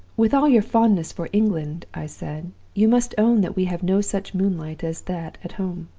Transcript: with all your fondness for england i said, you must own that we have no such moonlight as that at home